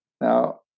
Now